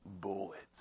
bullets